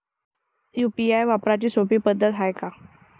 UPI वापराची सोपी पद्धत हाय का?